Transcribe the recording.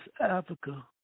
Africa